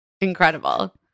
Incredible